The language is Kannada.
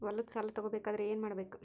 ಹೊಲದ ಸಾಲ ತಗೋಬೇಕಾದ್ರೆ ಏನ್ಮಾಡಬೇಕು?